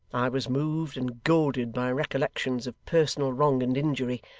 i was moved and goaded by recollections of personal wrong and injury,